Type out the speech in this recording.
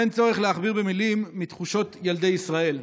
אין צורך להכביר מילים על תחושות ילדי ישראל,